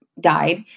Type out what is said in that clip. died